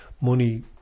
money